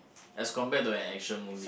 as compared to an action movie